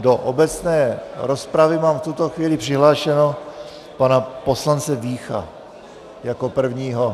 Do obecné rozpravy mám v tuto chvíli přihlášeného pana poslance Vícha jako prvního.